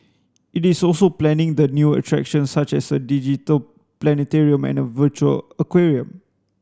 it is also planning the new attraction such as a digital planetarium and a virtual aquarium